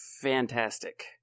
fantastic